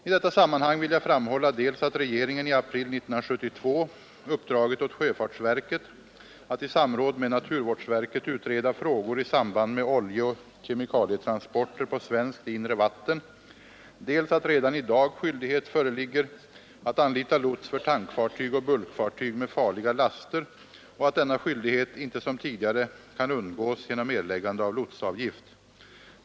I detta sammanhang vill jag framhålla dels att regeringen i april 1972 uppdragit åt sjöfartsverket att i samråd med naturvårdsverket utreda frågor i samband med oljeoch kemikalietransporter på svenskt inre vatten, dels att redan i dag skyldighet föreligger att anlita lots för tankfartyg och bulkfartyg med farliga laster och att denna skyldighet inte som tidigare kan undgås genom erläggande av lotsavgift.